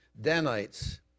Danites